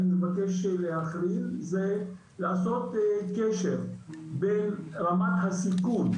אני מבקש להכליל ולעשות קשר בין רמת הסיכון